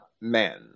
men